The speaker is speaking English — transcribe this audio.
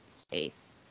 space